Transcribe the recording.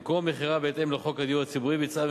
במקום מכירה בהתאם לחוק הדיור הציבורי ביצעה